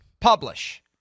publish